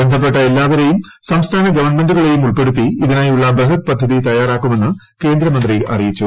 ബന്ധപ്പെട്ട എല്ലാവരേയും സംസ്ഥാന ഗവൺമെൻ്റുകളെ ഉൾപ്പെടുത്തി ഇതിനായുള്ള ബൃഹത് പദ്ധതി തയ്യാറാക്കുമെന്ന് കേന്ദ്ര മന്ത്രി അറിയിച്ചു